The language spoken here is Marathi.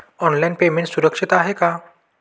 ऑनलाईन पेमेंट सुरक्षित आहे का?